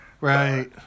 Right